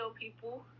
people